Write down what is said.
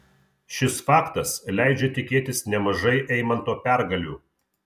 šis faktas leidžia tikėtis nemažai eimanto pergalių